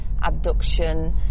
abduction